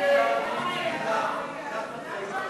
ההסתייגויות